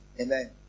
amen